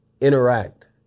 interact